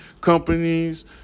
companies